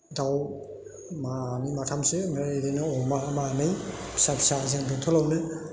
दाउ मानै माथामसो ओमफ्राय बिदिनो अमा मानै फिसा फिसा जोंनि बेंथलावनो